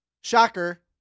shocker